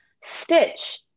Stitch